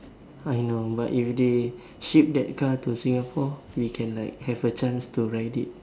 I know but if they ship that car to Singapore we can like have a chance to ride it